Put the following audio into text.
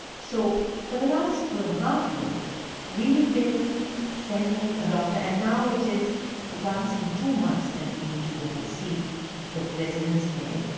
so for the last two and a half years we've been sending a doctor and now it is once in two months that we need to go and see the residents there.